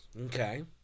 Okay